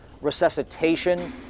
resuscitation